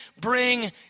bring